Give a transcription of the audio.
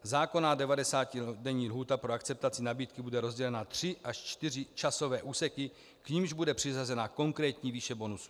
Zákonná devadesátidenní lhůta pro akceptaci nabídky bude rozdělena na tři až čtyři časové úseky, k nimž bude přiřazena konkrétní výše bonusu.